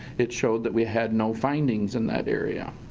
it showed that we had no findings in that area.